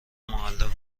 معلم